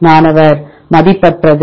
மாணவர் மதிப்பற்றது